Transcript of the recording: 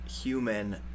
human